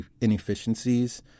inefficiencies